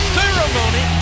ceremony